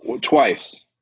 Twice